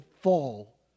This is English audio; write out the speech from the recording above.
fall